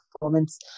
performance